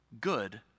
good